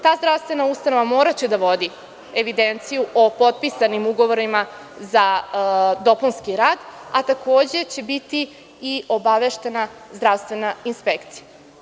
Ta zdravstvena ustanova moraće da vodi evidenciju o potpisanim ugovorima za dopunski rad, a takođe će biti i obaveštena zdravstvena inspekcija.